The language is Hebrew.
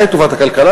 מהי טובת הכלכלה?